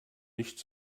nicht